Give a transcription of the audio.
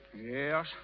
Yes